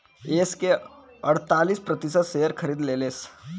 yes के अड़तालीस प्रतिशत शेअर खरीद लेलस